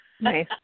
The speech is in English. Nice